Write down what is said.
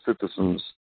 citizens